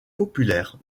populaire